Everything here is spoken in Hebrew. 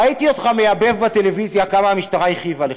ראיתי אותך מייבב בטלוויזיה כמה המשטרה הכאיבה לך.